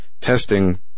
testing